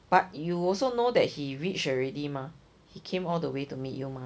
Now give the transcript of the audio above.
but you also know that he reach already mah he came all the way to meet you mah